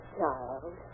child